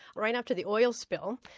right after the oil spill,